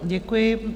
Děkuji.